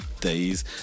days